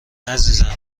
عزیزم